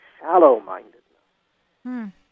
shallow-mindedness